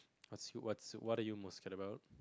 what's what's what are you most capable